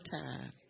time